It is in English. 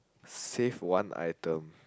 save one item